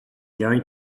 going